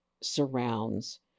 surrounds